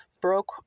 broke